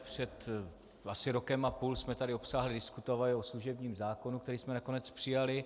Před asi rokem a půl jsme tady obsáhle diskutovali o služebním zákonu, který jsme nakonec přijali.